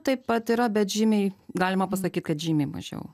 taip pat yra bet žymiai galima pasakyt kad žymiai mažiau